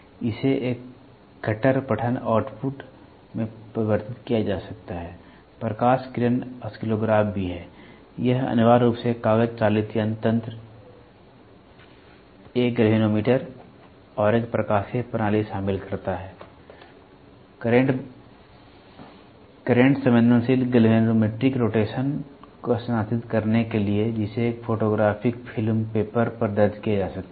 इसे एक कट्टर पठन आउटपुट में परिवर्तित किया जा सकता है प्रकाश किरण ऑसिलोग्राफ भी हैं यह अनिवार्य रूप से एक कागज चालित तंत्र एक गैल्वेनोमीटर और एक प्रकाशीय प्रणाली शामिल करता है करंट वर्तमान संवेदनशील गैल्वेनोमेट्रिक रोटेशन को स्थानांतरित करने के लिए जिसे एक फोटोग्राफिक फिल्म पेपर पर दर्ज किया जा सकता है